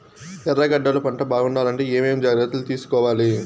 ఎర్రగడ్డలు పంట బాగుండాలంటే ఏమేమి జాగ్రత్తలు తీసుకొవాలి?